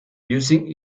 using